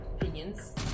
opinions